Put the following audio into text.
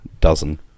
dozen